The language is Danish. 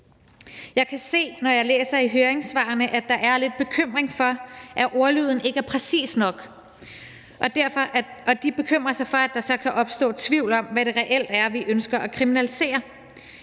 Jeg kan se, når jeg læser i høringssvarene, at der er lidt bekymring for, at ordlyden ikke er præcis nok, og at nogle derfor bekymrer sig for, at der kan opstå tvivl om, hvad det reelt er, vi ønsker at kriminalisere.